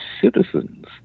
citizens